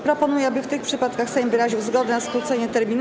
Proponuję, aby w tych przypadkach Sejm wyraził zgodę na skrócenie terminu.